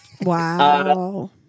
Wow